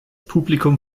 publikum